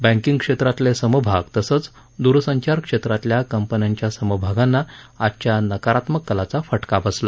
banking क्षेत्रातले समभाग तसंच द्रसंचार क्षेत्रातल्या कंपन्यांच्या समाभागांना आजच्या नकारात्मक कलाचा फटका बसला